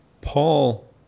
Paul